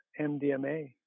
mdma